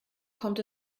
kommt